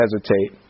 hesitate